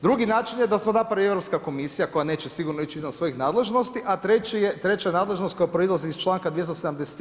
Drugi način je da to napravi Europska komisija koja neće sigurno ići izvan svojih nadležnosti, a treća je nadležnost koja proizlazi iz članka 273.